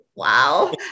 Wow